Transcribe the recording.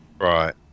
Right